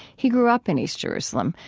he grew up in east jerusalem,